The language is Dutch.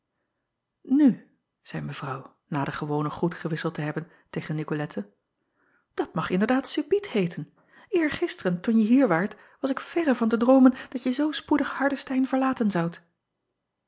u zeî evrouw na de gewone groet gewisseld te hebben tegen icolette dat mag inderdaad subiet heeten ergisteren toen je hier waart was ik verre van te droomen dat je zoo spoedig ardestein verlaten zoudt